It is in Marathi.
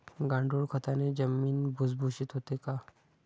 गांडूळ खताने जमीन भुसभुशीत होते का?